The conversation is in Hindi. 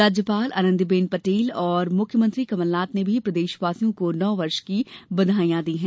राज्यपाल आनंदी बेन पटेल और मुख्यमंत्री कमलनाथ ने भी प्रदेशवासियों को नववर्ष की श्भकामनाएं दी है